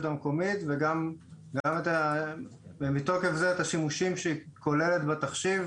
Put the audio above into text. המקומית ומתוקף זה את השימושים שהיא כוללת בתחשיב